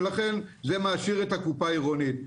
ולכן זה מעשיר את הקופה העירונית.